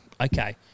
Okay